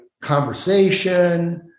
conversation